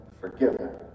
forgiven